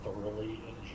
thoroughly